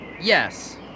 yes